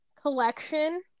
collection